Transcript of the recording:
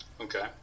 Okay